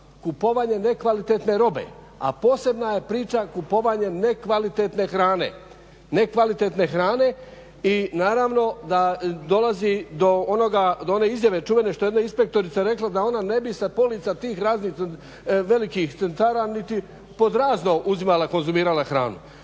kupovanje nekvalitetne robe, a posebna je priča kupovanje nekvalitetne hrane i naravno da dolazi do one izjave čuvene što je jedna inspektorica rekla, da ona ne bi sa polica tih velikih centara niti pod razno uzimala, konzumirala hranu.